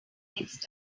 next